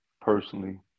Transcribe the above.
personally